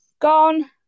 gone